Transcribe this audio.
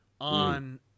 on